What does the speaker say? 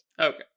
Okay